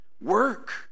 Work